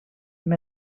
amb